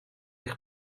eich